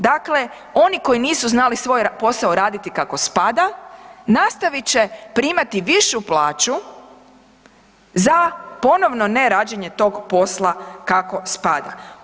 Dakle, oni koji nisu znali svoj posao raditi kako spada, nastavit će primati višu plaću za ponovno nerađenje tog posla kako spada.